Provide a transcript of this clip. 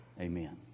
Amen